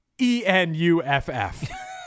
E-N-U-F-F